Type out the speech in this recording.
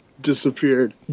Disappeared